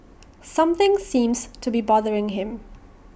something seems to be bothering him